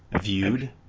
viewed